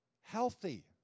healthy